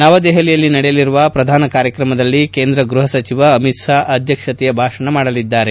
ನವದೆಹಲಿಯಲ್ಲಿ ನಡೆಯಲಿರುವ ಪ್ರಧಾನ ಕಾರ್ಯಕ್ರಮದಲ್ಲಿ ಕೇಂದ್ರ ಗೃಹಸಚಿವ ಅಮಿತ್ ಶಾ ಅಧ್ಯಕ್ಷೀಯ ಭಾಷಣ ಮಾಡಲಿದ್ದಾರೆ